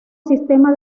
sistema